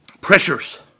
pressures